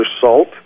salt